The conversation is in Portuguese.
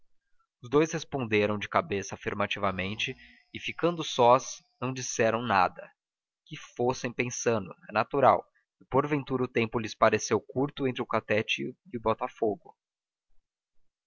os dous responderam de cabeça afirmativamente e ficando sós não disseram nada que fossem pensando é natural e porventura o tempo lhes pareceu curto entre o catete e botafogo